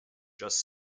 just